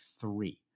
three